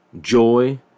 joy